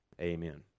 Amen